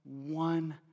one